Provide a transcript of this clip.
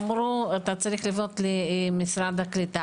אמרו לו אתה צריך לפנות למשרד העלייה והקליטה,